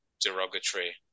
derogatory